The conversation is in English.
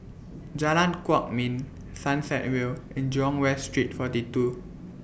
Jalan Kwok Min Sunset Vale and Jurong West Street forty two